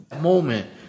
Moment